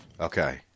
Okay